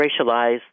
racialized